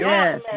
Yes